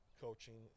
coaching